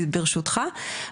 ברשותך,